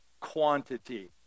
quantity